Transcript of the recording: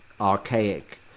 archaic